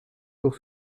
pour